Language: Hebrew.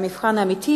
המבחן האמיתי